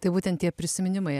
tai būtent tie prisiminimai